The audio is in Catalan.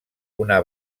una